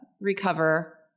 recover